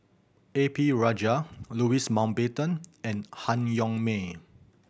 A P Rajah Louis Mountbatten and Han Yong May